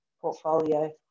portfolio